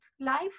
life